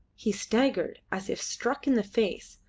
he staggered as if struck in the face,